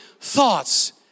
thoughts